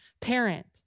parent